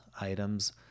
items